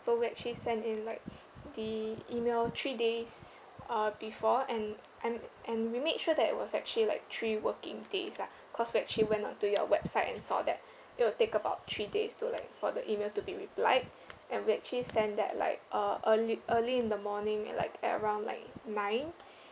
so we actually send in like the email three days uh before and and and we made sure that it was actually like three working days lah cause we actually went onto your website and saw that it will take about three days to like for the email to be replied and we actually sent that like uh early early in the morning at like around like nine